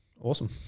awesome